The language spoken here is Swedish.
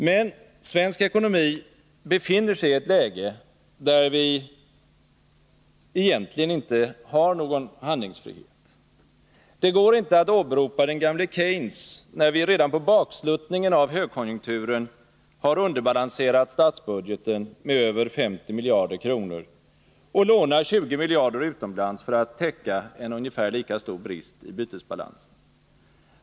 Men svensk ekonomi befinner sig i ett läge, där det egentligen inte finns någon handlingsfrihet. Det går inte att åberopa den gamle Keynes, när vi redan på baksluttningen av högkonjunkturen har underbalanserat statsbudgeten med över 50 miljarder kronor och lånar 20 miljarder utomlands för att täcka en ungefär lika stor brist i bytesbalansen.